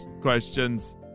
questions